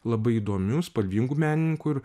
labai įdomiu spalvingu menininku ir